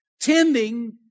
tending